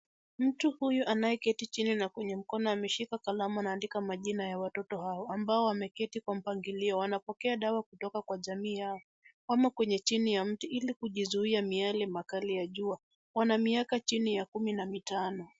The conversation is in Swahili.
Mtu huyu anayeketi chini na kwenye mkono ameshika kalamu anaandika majina ya watoto hao ambao wameketi kwa mpangilio. Wanapokea chanjo kutoka kwa jamii hao, ama kwenye chini ya miti ili kujizuia na miale ya jua. Wana miaka chini ya kumi na mitano.